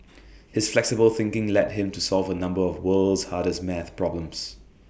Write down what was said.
his flexible thinking led him to solve A number of world's hardest math problems